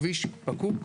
הכביש פקוק,